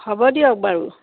হ'ব দিয়ক বাৰু